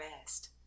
rest